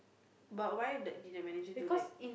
but why like did the manager do that